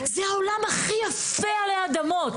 זה העולם הכי יפה עלי אדמות.